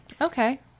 okay